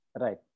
Right